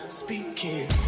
speaking